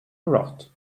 rot